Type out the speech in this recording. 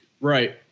Right